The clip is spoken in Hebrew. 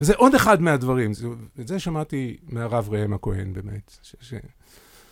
זה עוד אחד מהדברים, את זה שמעתי מהרב ראם הכהן באמת.